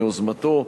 מיוזמתו.